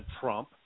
Trump